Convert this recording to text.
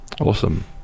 awesome